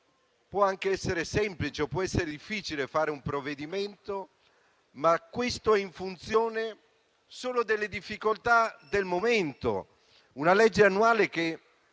può anche essere semplice o difficile fare un provvedimento, ma questo è in funzione solo delle difficoltà del momento. Il disegno di legge annuale è